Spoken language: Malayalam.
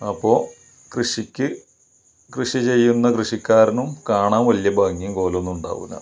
അപ്പോൾ കൃഷിക്ക് കൃഷി ചെയ്യുന്ന കൃഷിക്കാരനും കാണാൻ വലിയ ഭംഗിയും കോലമൊന്നും ഉണ്ടാവില്ല